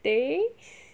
days